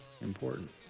important